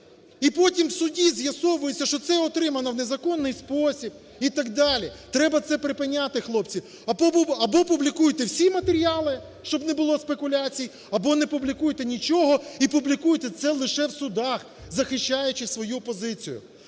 І потім в суді з'ясовується, що це отримано в незаконний спосіб і так далі. Треба це припиняти, хлопці: або публікуйте всі матеріали, щоб не було спекуляцій, або не публікуйте нічого і публікуйте це лише в судах, захищаючи свою позицію.